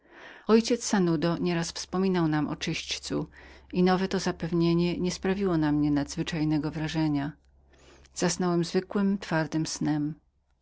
ojciec sanudo nieraz wspominał mi o czyścu i nowe to zapewnienie nie sprawiło na mnie nadzwyczajnego wrażenia zasnąłem zwykłym twardym snem